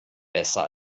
besser